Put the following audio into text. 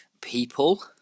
people